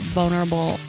vulnerable